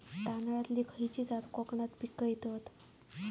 तांदलतली खयची जात कोकणात पिकवतत?